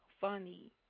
funny